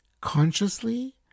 consciously